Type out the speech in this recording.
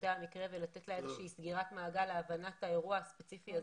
פרטי המקרה ולתת לה איזושהי סגירת מעגל להבנת האירוע הספציפי הזה.